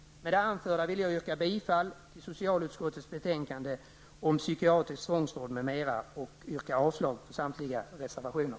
Med det anförda vill jag yrka bifall till hemställan i socialutskottets betänkande om psykiatrisk tvångsvård, m.m., och avslag på samtliga reservationer.